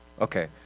Okay